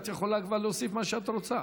את יכולה כבר להוסיף מה שאת רוצה.